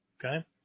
Okay